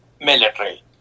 military